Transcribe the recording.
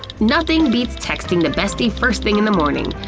nothing beats texting the bestie first thing in the morning.